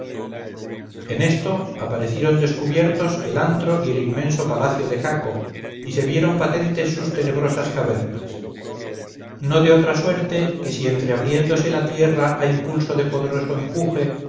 en esto aparecieron descubiertos el antro y el inmenso palacio de caco y se vieron patentes sus tenebrosas cavernas no de otra suerte que si entreabriéndose la tierra a impulso de poderoso empuje